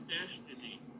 destiny